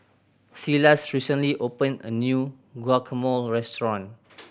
Silas recently opened a new Guacamole Restaurant